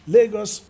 Lagos